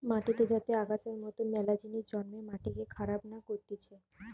মাটিতে যাতে আগাছার মতন মেলা জিনিস জন্মে মাটিকে খারাপ না করতিছে